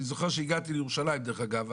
אני זוכר שהגעתי לירושלים דרך אגב,